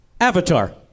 Avatar